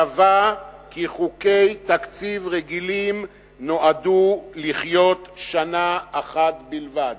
קבע כי חוקי תקציב רגילים נועדו לחיות שנה אחת בלבד,